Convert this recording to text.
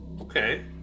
Okay